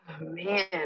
man